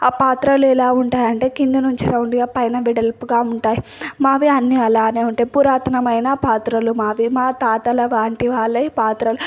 ఆ పాత్రలు ఎలా ఉంటాయంటే కింద నుంచి రౌండ్గా పైన వెడల్పుగా ఉంటాయి మావి అన్ని అలానే ఉంటాయి పురాతనమైన పాత్రలు మావి మాతాతల వాంటి వాళ్ళే పాత్రలు